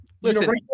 Listen